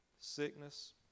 sickness